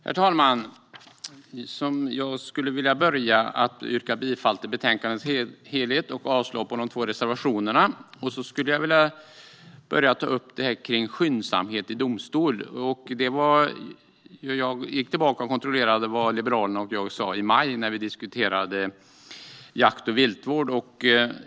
Herr talman! Jag skulle vilja börja med att yrka bifall till förslaget i betänkandet och avslag på de två reservationerna. Jag vill ta upp frågan om skyndsamhet i domstol. Jag gick tillbaka och kontrollerade vad Liberalerna och jag själv sa i maj när vi diskuterade jakt och viltvård.